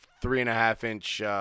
three-and-a-half-inch